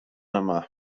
yma